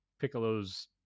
Piccolo's